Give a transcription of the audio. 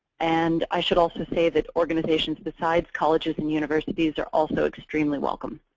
and i should also say that organizations besides colleges and universities are also extremely welcome.